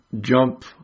jump